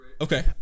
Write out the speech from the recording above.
Okay